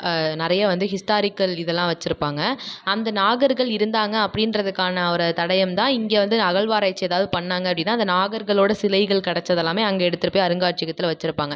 நிறைய வந்து ஹிஸ்டாரிக்கள் இதெலாம் வச்சுருப்பாங்க அந்த நாகர்கள் இருந்தாங்க அப்படீன்றதுக்கான ஒரு தடையம் தான் இங்கே வந்து அகழ்வாராய்ச்சி ஏதாவது பண்ணிணாங்க அப்படினா அந்த நாகர்களோடய சிலைகள் கிடைச்சது எல்லாமே அங்கே எடுத்துகிட்டு போய் அருங்காட்சியகத்தில் வச்சுர்பாங்க